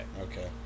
Okay